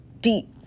deep